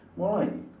more like